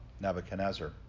Nebuchadnezzar